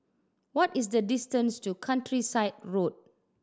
what is the distance to Countryside Road